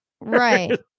Right